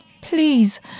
Please